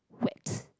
wet